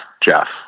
Jeff